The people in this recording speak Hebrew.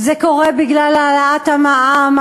זה קורה בגלל העלאת המע"מ,